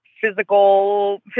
physical